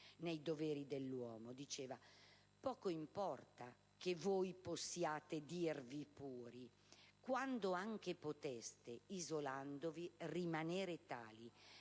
"I doveri dell'Uomo": "poco importa che voi possiate dirvi puri: quando anche poteste, isolandovi, rimanere tali,